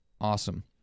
awesome